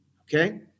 okay